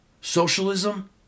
Socialism